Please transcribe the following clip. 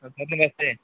होर सर नमस्ते